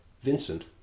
Vincent